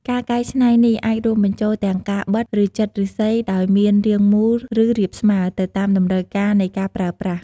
ការកែច្នៃនេះអាចរួមបញ្ចូលទាំងការបិត ឬចិតឬស្សីអោយមានរាងមូល ឬរាបស្មើ ទៅតាមតម្រូវការនៃការប្រើប្រាស់។